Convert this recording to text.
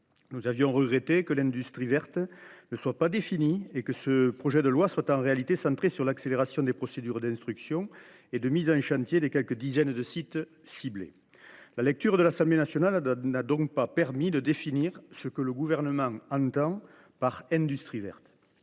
Nous avions regretté que l’industrie verte ne soit pas définie et que ce projet de loi soit en réalité centré sur l’accélération des procédures d’instruction et de mise en chantier des quelques dizaines de sites ciblés. La lecture de l’Assemblée nationale n’a donc pas permis de définir ce que le Gouvernement entend par « industrie verte ».